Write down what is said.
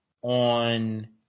on